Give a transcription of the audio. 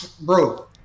bro